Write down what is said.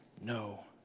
no